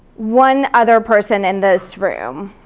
one other person and this room?